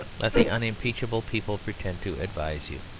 let the unimpeachable people pretend to advise you,